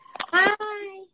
Hi